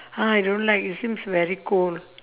ah I don't like it seems very cold